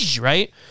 Right